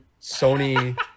Sony